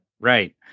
right